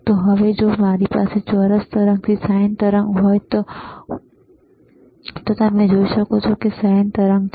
તો હવે જો મારી પાસે ચોરસ તરંગથી sin તરંગ હોય તો તમે જોઈ શકો છો કે sin તરંગ છે